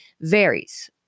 varies